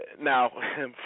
Now